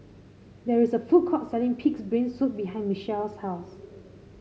there is a food court selling pig's brain soup behind Mechelle's house